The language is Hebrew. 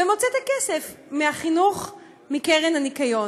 ומוציא את הכסף לחינוך מהקרן לניקיון.